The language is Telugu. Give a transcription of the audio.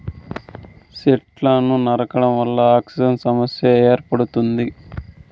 సెట్లను నరకడం వల్ల ఆక్సిజన్ సమస్య ఏర్పడుతుంది